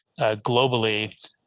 globally